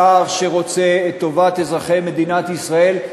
שר שרוצה את טובת אזרחי מדינת ישראל,